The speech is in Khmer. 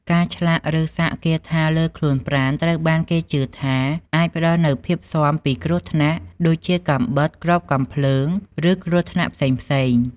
ការឆ្លាក់ឬសាក់គាថាលើខ្លួនប្រាណ ត្រូវបានគេជឿថាអាចផ្តល់នូវភាពស៊ាំពីគ្រោះថ្នាក់ ដូចជាកាំបិត គ្រាប់កាំភ្លើង ឬគ្រោះថ្នាក់ផ្សេងៗ។